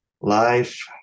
life